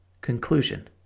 Conclusion